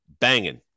Banging